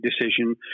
decision